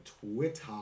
Twitter